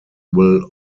will